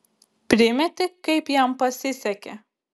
primeti kaip jam pasisekė